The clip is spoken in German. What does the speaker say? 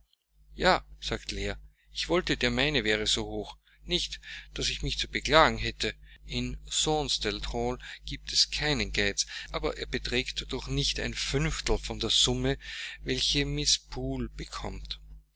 ja sagte leah ich wollte der meine wäre so hoch nicht daß ich mich zu beklagen hätte in thornfield hall giebt es keinen geiz aber er beträgt doch nicht ein fünftel von der summe welche mrs poole bekommt